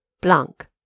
Blanc